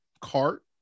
cart